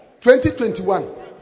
2021